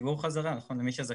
לציבור חזרה, כן, למי שזכאי.